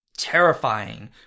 terrifying